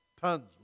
tons